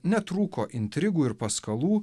netrūko intrigų ir paskalų